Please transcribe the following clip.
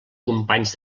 companys